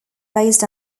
based